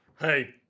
Hey